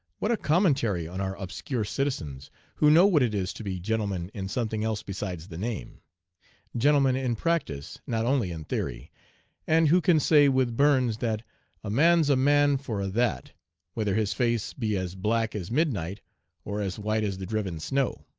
what a commentary on our obscure citizens who know what it is to be gentlemen in something else besides the name gentlemen in practice, not only in theory and who can say with burns that a mans a man for a that whether his face be as black as midnight or as white as the driven snow.